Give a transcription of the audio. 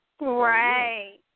Right